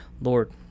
Lord